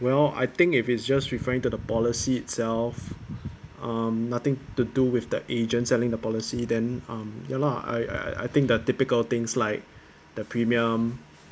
well I think if it's just referring to the policy itself um nothing to do with the agent selling the policy then um ya lah I I I I think that typical things like the premium